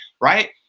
right